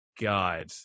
God